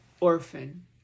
orphan